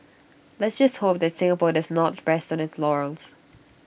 let's just hope that Singapore does not rest on its laurels